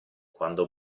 quando